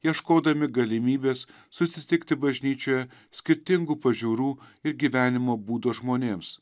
ieškodami galimybės susitikti bažnyčioje skirtingų pažiūrų ir gyvenimo būdo žmonėms